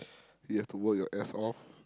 you have to work your ass off